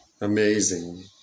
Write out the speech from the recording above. Amazing